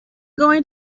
going